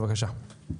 בבקשה.